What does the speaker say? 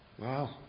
Wow